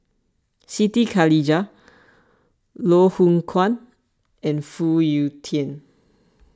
Siti Khalijah Loh Hoong Kwan and Phoon Yew Tien